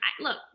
look